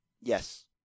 Yes